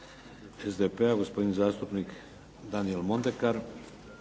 SDP uvaženi zastupnik Daniel Mondekar.